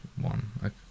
one